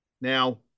Now